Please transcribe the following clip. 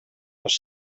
les